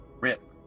Rip